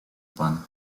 pan